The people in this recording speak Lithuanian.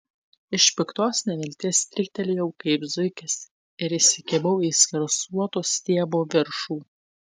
iš piktos nevilties stryktelėjau kaip zuikis ir įsikibau į skersuoto stiebo viršų